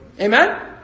Amen